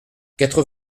quatre